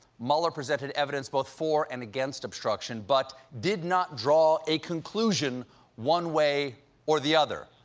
mueller presented evidence both for and against obstruction, but did not draw a conclusion one way or the other.